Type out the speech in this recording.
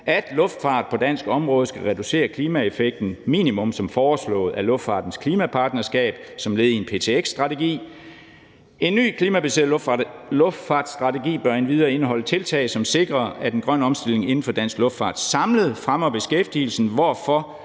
at luftfart på dansk område skal reducere klimaeffekten, minimum som foreslået af luftfartens klimapartnerskab som led i en ptx-strategi. En ny klimabaseret luftfartsstrategi bør endvidere indeholde tiltag, som sikrer, at en grøn omstilling inden for dansk luftfart samlet fremmer beskæftigelsen,